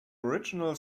original